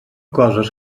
coses